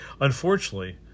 Unfortunately